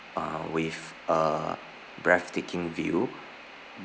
uh with a breathtaking view